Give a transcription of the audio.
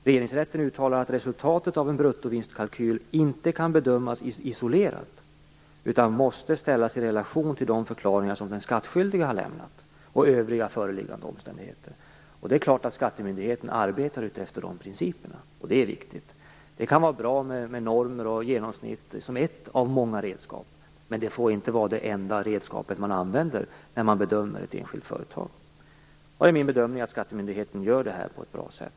Regeringsrätten uttalade att resultatet av en bruttovinstkalkyl inte kan bedömas isolerat, utan måste ställas i relation till de förklaringar som den skattskyldige har lämnat och övriga föreliggande omständigheter. Skattemyndigheten arbetar naturligtvis efter dessa principer, vilket är viktigt. Det kan vara bra med normer och genomsnitt som ett av många redskap, men det får inte vara det enda redskap man använder vid bedömning av ett enskilt företag. Jag anser att skattemyndigheten sköter detta på ett bra sätt.